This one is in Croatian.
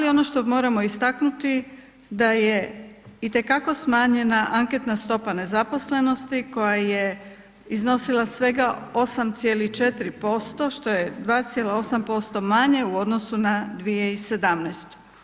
Ali ono što moramo istaknuti da je itekako smanjena anketna stopa nezaposlenosti koja je iznosila svega 8,4% što je 2,8% manje u odnosu na 2017.